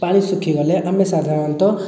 ପାଣି ଶୁଖି ଗଲେ ଆମେ ସାଧାରଣତଃ